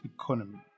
economy